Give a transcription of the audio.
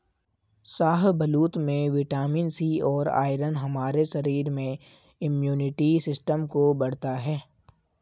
शाहबलूत में vitamin C और आयरन हमारे शरीर में इम्युनिटी सिस्टम को बढ़ता है